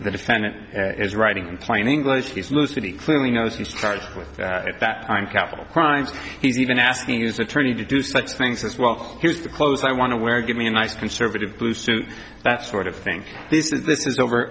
the defendant is writing in plain english he's lucid he clearly knows he's charged with at that time capital crimes he's even asking us attorney to do such things as well here's the clothes i want to wear or give me in my conservative blue suit that sort of thing this